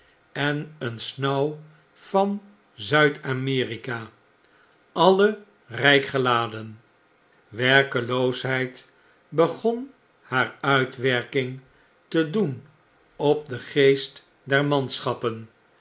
en een snauw van zuid-amerika alle rjjk geladen werkeloosheid begon haar uitwerking te doen op den geest der manschappen